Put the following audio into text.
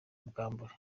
ubwambure